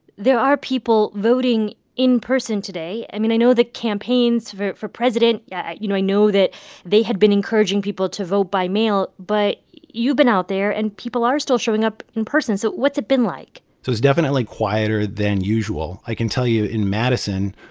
there are people voting in person today. i mean, i know the campaigns for president yeah you know, i know that they had been encouraging people to vote by mail. but you've been out there, and people are still showing up in person. so what's it been like? so it's definitely quieter than usual. i can tell you in madison,